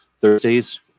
Thursdays